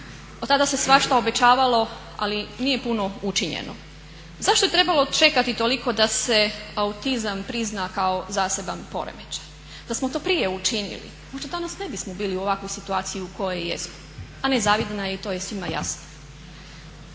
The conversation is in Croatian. Od tada se svašta obećavalo, ali nije puno učinjeno. Zašto je trebalo čekati toliko da se autizam prizna kao zaseban poremećaj? Da smo to prije učinili možda danas ne bismo bili u ovakvoj situaciji u kojoj jesmo, a nezavidna je i to je svima jasno.